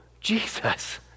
Jesus